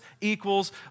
equals